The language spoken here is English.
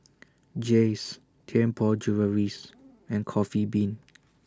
Jays Tianpo Jewelleries and Coffee Bean